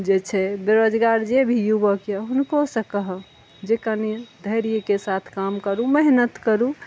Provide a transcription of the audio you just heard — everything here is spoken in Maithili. जे छै बेरोजगार जे भी युवक अछि हुनको से कहब जे कनी धैर्यके साथ काम करू मेहनत करू